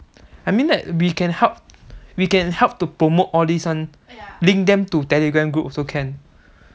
I mean like we can help we can help to promote all these [one] link them to telegram group also can